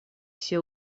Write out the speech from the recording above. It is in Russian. все